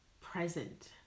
present